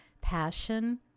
passion